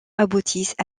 aboutissent